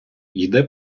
йде